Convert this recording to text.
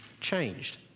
changed